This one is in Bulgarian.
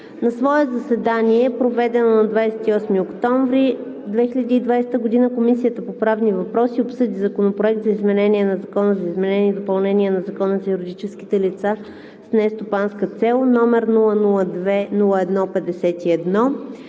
На свое заседание, проведено на 28 октомври 2020 г., Комисията по правни въпроси обсъди Законопроект за изменение на Закона за изменение и допълнение на Закона за юридическите лица с нестопанска цел, № 002-01-51.